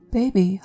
Baby